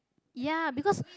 ya because